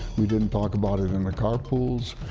we didn't talk about it in the carpools,